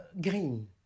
Green